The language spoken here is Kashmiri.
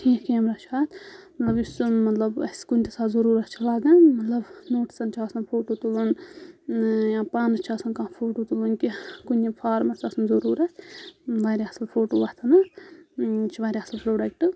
ٹھیٖک کیمرا چھُ اَتھ مطلب یُس مطلب اَسہِ کُنہِ تہِ ساتہٕ ضروٗرَتھ چھُ لَگان مطلب نوٹسَن چھُ آسان فوٹوٗ تُلُن یا پانَس چھُ آسان کانٛہہ فوٹوٗ تُلُن کینٛہہ کُنہِ فارمَس آسان ضوٚروٗرَتھ واریاہ اَصٕل فوٹوٗ وۄتھان اتھ یہِ چھُ واریاہ اَصٕل پروڈَکٹہٕ